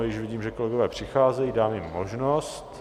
Již vidím, že kolegové přicházejí, dáme jim možnost.